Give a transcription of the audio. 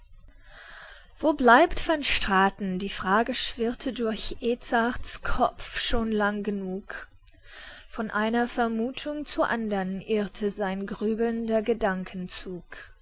wo bleibt van straten die frage schwirrte durch edzards kopf schon lang genug von einer vermuthung zur andern irrte sein grübelnder gedankenzug